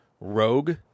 Rogue